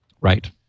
Right